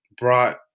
brought